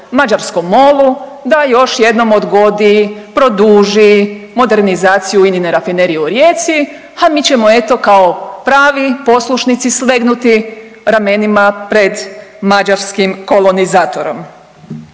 mađarskom MOL-u da još jednom odgodi, produži modernizaciju INA-ine Rafinerije u Rijeci, a mi ćemo eto kao pravi poslušnici slegnuti ramenima pred mađarskim kolonizatorom.